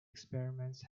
experiments